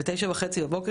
בשעה 09:30 בבוקר,